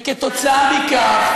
וכתוצאה מכך,